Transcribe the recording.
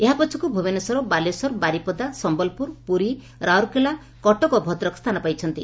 ଏହା ପଛକୁ ଭୁବନେଶ୍ୱର ବାଲେଶ୍ୱର ବାରିପଦା ସମ୍ୟଲପୁର ପୁରୀ ରାଉରକେଲା କଟକ ଓ ଭଦ୍ରକ ସ୍ଚାନ ପାଇଛନ୍ତି